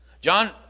John